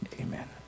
amen